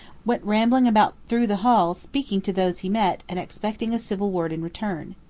went rambling about through the hall speaking to those he met and expecting a civil word in return.